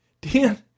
Dan